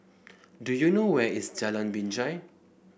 do you know where is Jalan Binjai